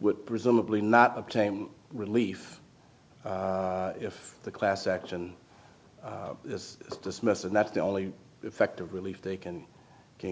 would presumably not obtain relief if the class action is dismissed and that's the only effective relief they can